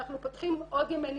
אנחנו פותחים עוד ימי ניתוחים,